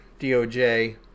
DOJ